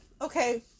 okay